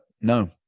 No